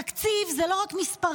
תקציב זה לא רק מספרים,